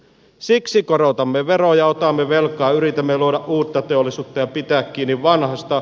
siksi korotamme veroja otamme velkaa yritämme luoda uutta teollisuutta ja pitää kiinni vanhasta